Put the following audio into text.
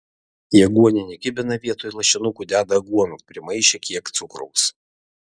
į aguoninį kibiną vietoj lašinukų deda aguonų primaišę kiek cukraus